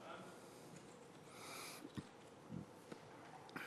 ההצעה לכלול את הנושא